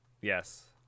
Yes